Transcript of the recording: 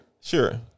sure